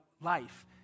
life